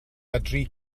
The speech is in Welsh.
medru